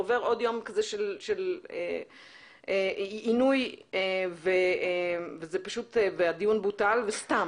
עובר עוד יום כזה של עינוי והדיון בוטל וסתם,